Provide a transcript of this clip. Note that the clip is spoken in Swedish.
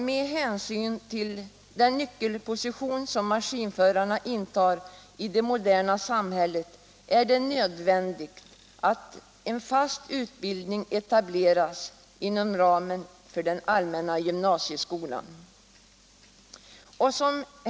Med hänsyn till den nyckelposition maskinförarna intar i det moderna samhället är det nödvändigt att en fast utbildning etableras inom ramen för den allmänna gymnasieskolan.